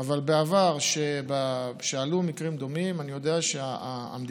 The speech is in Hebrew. אבל בעבר כשעלו מקרים דומים אני יודע שהמדיניות